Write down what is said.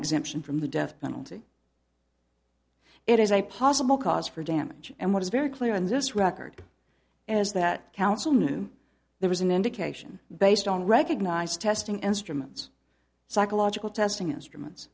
exemption from the death penalty it is a possible cause for damage and what is very clear in this record is that counsel knew there was an indication based on recognized testing instruments psychological testing instruments